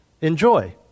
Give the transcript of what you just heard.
enjoy